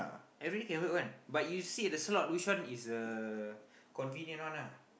everyday can work one but you see at the slot which one is uh convenient one ah